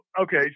okay